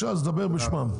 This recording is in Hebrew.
דבר בשמם.